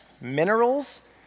minerals